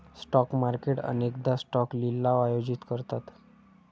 stock market अनेकदा stock लिलाव आयोजित करतात